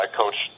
coach